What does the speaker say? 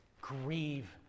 Grieve